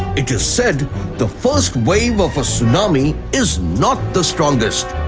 it is said the first wave of a tsunami is not the strongest.